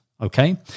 okay